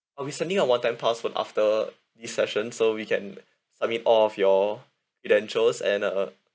uh I'll send you one time pass was after this session so we can submit all of your credentials and uh